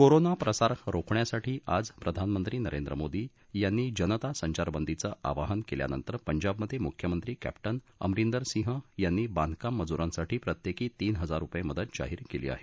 corona प्रसार रोखण्यासाठी आज प्रधानमंत्री नरेंद्र मोदी यांनी जनता संचारबंदीचं आवाहन केल्यानंतर पंजाब मध्ये मुख्यमंत्री कॅप्टन अमरिंदर सिंह यांनी बांधकाम मजुरांसाठी प्रत्येकी तीन हजार रुपये मदत जाहीर केली आहे